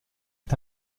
est